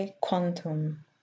quantum